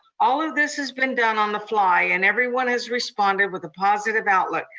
all of this has been done on the fly, and everyone has responded with a positive outlook.